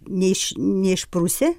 neiš neišprusę